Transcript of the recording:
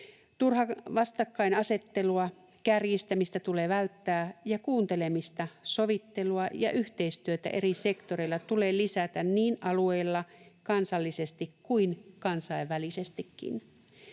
Turhaa vastakkainasettelua ja kärjistämistä tulee välttää, ja kuuntelemista, sovittelua ja yhteistyötä eri sektoreilla tulee lisätä niin alueilla, kansallisesti kuin kansainvälisestikin.